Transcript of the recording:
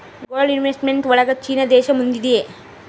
gold investment ಒಳಗ China ದೇಶ ಮುಂದಿದೆ